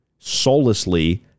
soullessly